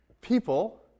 people